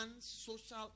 social